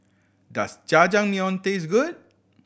does Jajangmyeon taste good